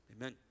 amen